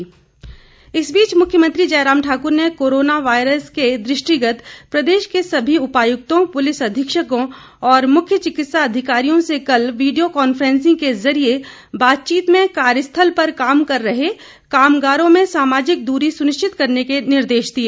मुख्यमंत्री कांफ्रेंस इस बीच मुख्यमंत्री जयराम ठाकुर ने कोरोना वायरस के दृष्टिगत प्रदेश के सभी उपायुक्तों पुलिस अधीक्षकों और मुख्य चिकित्सा अधिकारियों से कल वीडियो कॉन्फ्रेंसिंग के जरिये बातचीत में कार्य स्थल पर काम कर रहे कामगारों में सामाजिक दूरी सुनिश्चित करने के निर्देश दिए